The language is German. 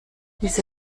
diese